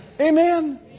Amen